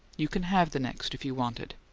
you can have the next if you want it.